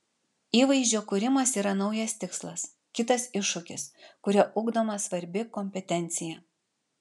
įvaizdžio kūrimas yra naujas tikslas kitas iššūkis kuriuo ugdoma svarbi kompetencija